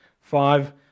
five